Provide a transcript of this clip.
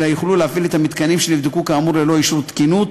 אלא יוכלו להפעיל את המתקנים שנבדקו כאמור ללא אישור תקינות,